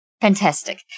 fantastic